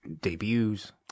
debuts